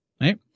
right